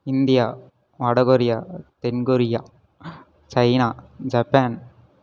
India வட Korea தென் Korea China Japan